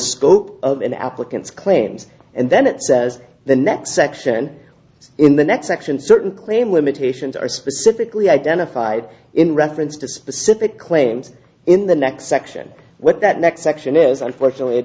scope of an applicant's claims and then it says the next section in the next section certain claim limitations are specifically identified in reference to specific claims in the next section what that next section is unfortunately it